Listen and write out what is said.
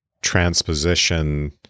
transposition